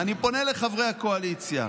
ואני פונה לחברי הקואליציה: